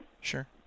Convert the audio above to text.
Sure